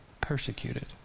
persecuted